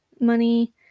money